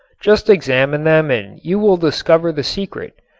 just examine them and you will discover the secret.